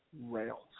Rails